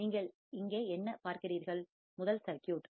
நீங்கள் இங்கே என்ன பார்க்கிறீர்கள் முதல் சர்க்யூட்